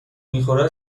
میخورد